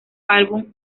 álbum